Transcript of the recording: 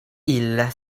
illa